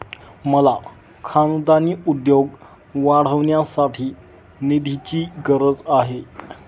मला खानदानी उद्योग वाढवण्यासाठी निधीची गरज आहे